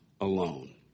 alone